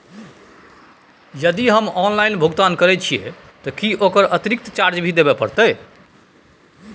यदि हम ऑनलाइन भुगतान करे छिये त की ओकर अतिरिक्त चार्ज भी देबे परतै?